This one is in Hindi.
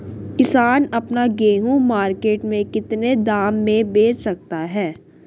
किसान अपना गेहूँ मार्केट में कितने दाम में बेच सकता है?